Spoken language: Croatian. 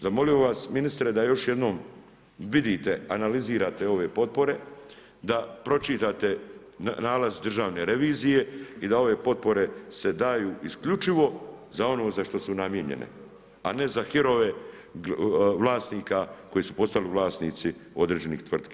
Zamolio bih vas ministre, da još jednom vidite, analizirate ove potpore, da pročitate nalaz Državne revizije i da ove potpore se daju isključivo za ono za što su namijenjene, a ne za hirove vlasnika koji su postali vlasnici određenih tvrtki.